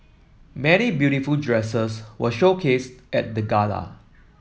many beautiful dresses were showcased at the gala